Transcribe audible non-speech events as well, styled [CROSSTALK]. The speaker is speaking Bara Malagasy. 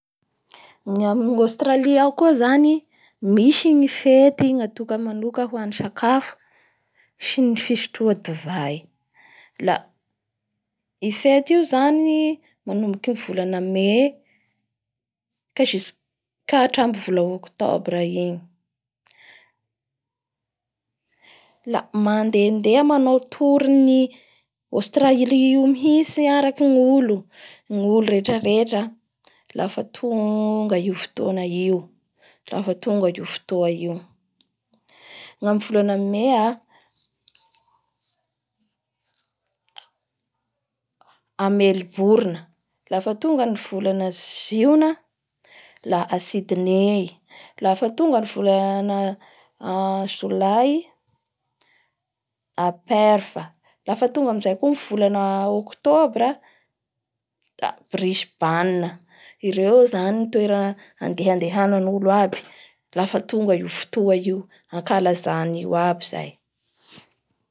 Ny ao Australie ao koa zany misy ny fety natoka manoka hoan'ny sakafo sy ny fisotroa divay la i fety io zany manomboky amin'ny volana mais ka jusq-ka hatramin'ny vola octobra igny [NOISE] la mandehandehya manao tours ny Australie io mihintsy araky gn'olo ny olo rehetra rehetra lafa tonga io fotoa io amin'ny volana mais aa Melbourne, lafa tonga ny volana jiona la Sidney lafa tonga ny volana Jolay a Perphe aa, lafa tonga amizay koa ny volana octobra da Richebane ireo zany ny toera andehandehan'olo aby lafa tonga io fotoa io, ankalaza an'io aby zay.